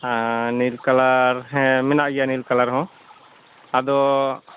ᱱᱤᱞ colour ᱦᱮᱸ ᱢᱮᱱᱟᱜ ᱜᱮᱭᱟ ᱱᱤᱞ ᱠᱟᱞᱟᱨ ᱦᱚᱸ ᱟᱫᱚ